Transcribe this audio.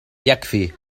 يكفي